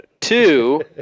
Two